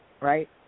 right